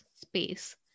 space